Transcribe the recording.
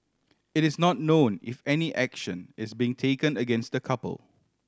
it is not known if any action is being taken against the couple